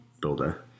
builder